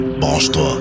Branche-toi